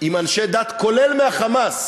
עם אנשי דת, כולל מה"חמאס",